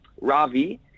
Ravi